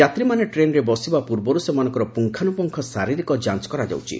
ଯାତ୍ରୀମାନେ ଟ୍ରେନ୍ରେ ବସିବା ପୂର୍ବରୁ ସେମାନଙ୍କର ପୁଙ୍ଗାନୁପୁଙ୍ଗ ଶାରୀରିକ ଯାଞ୍ଚ କରାଯାଉଛି